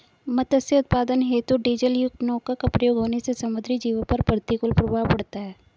मत्स्य उत्पादन हेतु डीजलयुक्त नौका का प्रयोग होने से समुद्री जीवों पर प्रतिकूल प्रभाव पड़ता है